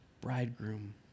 bridegroom